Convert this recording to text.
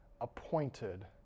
appointed